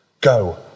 Go